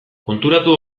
konturatu